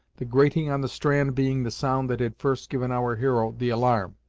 the grating on the strand being the sound that had first given our hero the alarm.